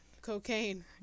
Cocaine